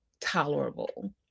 tolerable